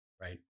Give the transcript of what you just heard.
right